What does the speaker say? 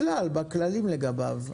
בכלל, בכללים לגביו.